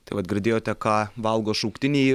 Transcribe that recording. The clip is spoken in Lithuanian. tai vat girdėjote ką valgo šauktiniai